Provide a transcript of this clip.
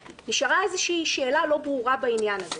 איזושהי שאלה לא ברורה בעניין הזה,